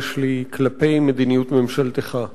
יש לי כלפי מדיניות ממשלתך.